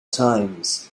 times